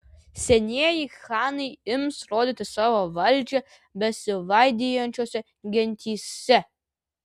senieji chanai ims rodyti savo valdžią besivaidijančiose gentyse